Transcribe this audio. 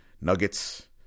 Nuggets